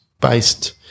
based